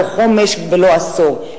לא חומש ולא עשור.